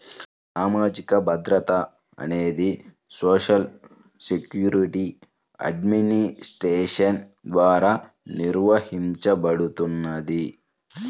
సామాజిక భద్రత అనేది సోషల్ సెక్యూరిటీ అడ్మినిస్ట్రేషన్ ద్వారా నిర్వహించబడుతుంది